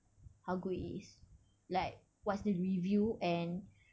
how good it is like what's the review and